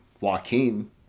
Joaquin